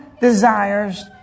desires